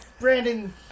Brandon